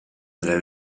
nella